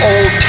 Old